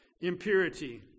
impurity